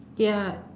ya